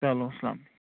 چَلو